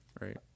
right